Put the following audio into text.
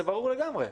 זה ברור לגמרי.